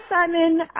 simon